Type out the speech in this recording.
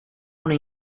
una